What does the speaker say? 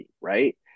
right